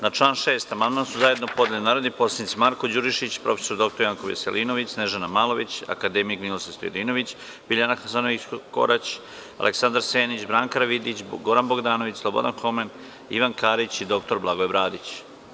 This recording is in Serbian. Na član 6. amandman su zajedno podneli narodni poslanici Marko Đurišić, prof. dr Janko Veselinović, Snežana Malović, Ninoslav Stojadinović, Biljana Hasanović Korać, Aleksandar Senić, Branka Karavidić, Goran Bogdanović, Slobodan Homen, Ivan Karić i dr Blagoje Bradić.